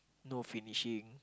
no finishing